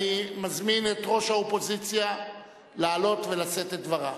אני מזמין את ראש האופוזיציה לעלות ולשאת את דברה.